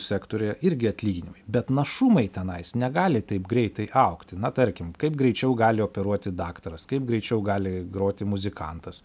sektoriuje irgi atlyginimai bet našumai tenais negali taip greitai augti na tarkim kaip greičiau gali operuoti daktaras kaip greičiau gali groti muzikantas